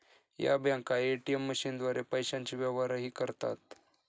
या बँका ए.टी.एम मशीनद्वारे पैशांचे व्यवहारही करतात